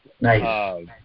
Nice